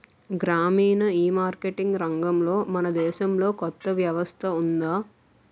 గ్రామీణ ఈమార్కెటింగ్ రంగంలో మన దేశంలో కొత్త వ్యవస్థ ఉందా?